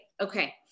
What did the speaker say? okay